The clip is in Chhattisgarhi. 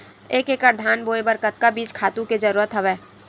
एक एकड़ धान बोय बर कतका बीज खातु के जरूरत हवय?